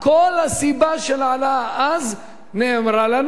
כל הסיבה של ההעלאה אז, נאמרה לנו,